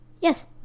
Yes